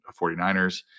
49ers